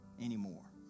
anymore